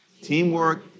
Teamwork